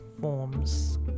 forms